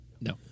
No